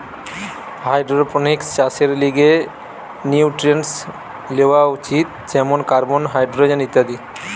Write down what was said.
hydroponics চাষের লিগে nutrients লেওয়া উচিত যেমন কার্বন, হাইড্রোজেন ইত্যাদি